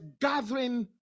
gathering